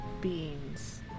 beans